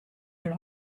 her